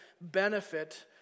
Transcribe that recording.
benefit